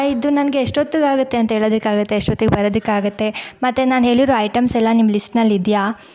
ಇದು ನನಗೆ ಎಷ್ಟೊತ್ಗಾಗುತ್ತೆ ಅಂತ ಹೇಳೋದಕ್ಕಾಗುತ್ತಾ ಎಷ್ಟೊತ್ತಿಗೆ ಬರೋದಕ್ಕಾಗುತ್ತೆ ಮತ್ತು ನಾನು ಹೇಳಿರೋ ಐಟಮ್ಸೆಲ್ಲ ನಿಮ್ಮ ಲಿಸ್ಟ್ನಲ್ಲಿದೆಯಾ